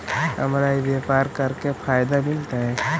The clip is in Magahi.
हमरा ई व्यापार करके का फायदा मिलतइ?